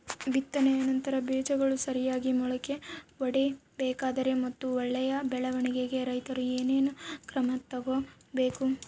ಬಿತ್ತನೆಯ ನಂತರ ಬೇಜಗಳು ಸರಿಯಾಗಿ ಮೊಳಕೆ ಒಡಿಬೇಕಾದರೆ ಮತ್ತು ಒಳ್ಳೆಯ ಬೆಳವಣಿಗೆಗೆ ರೈತರು ಏನೇನು ಕ್ರಮ ತಗೋಬೇಕು?